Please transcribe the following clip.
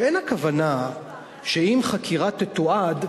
שאין הכוונה שאם חקירה תתועד,